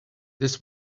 this